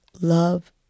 love